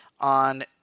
on